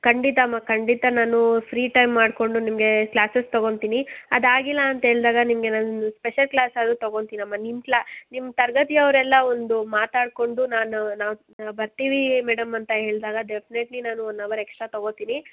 ಖಂಡಿತಮ್ಮ ಖಂಡಿತ ನಾನೂ free time ಮಾಡಿಕೊಂಡು ನಿಮಗೆ ಕ್ಲಾಸಸ್ ತಗೊತಿನಿ ಅದು ಆಗಿಲ್ಲ ಅಂತ್ಹೇಳ್ದಾಗ ನಿಮಗೆ ನಾನು ಸ್ಪೆಷಲ್ ಕ್ಲಾಸ್ ಆದರೂ ತಗೊತೀನ್ ಅಮ್ಮ ನಿಮ್ಮ ಕ್ಲಾ ನಿಮ್ಮ ತರಗತಿಯವ್ರೆಲ್ಲ ಒಂದು ಮಾತಾಡಿಕೊಂಡು ನಾನು ನಾವು ಬರ್ತೀವೀ ಮೇಡಮ್ ಅಂತ ಹೇಳಿದಾಗ ಡೆಫ್ನೆಟ್ಲಿ ನಾನು ಒನ್ ಅವರ್ ಎಕ್ಸ್ಟ್ರಾ ತಗೋತಿನಿ